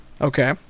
Okay